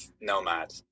Nomad